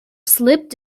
slipped